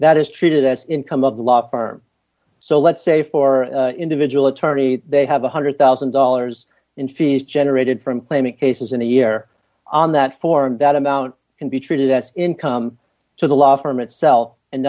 that is treated as income of the law firm so let's say for individual attorneys they have one hundred thousand dollars in fees generated from claiming cases in a year on that form that amount can be treated as income to the law firm itself and